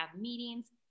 meetings